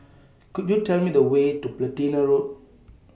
Could YOU Tell Me The Way to Platina Road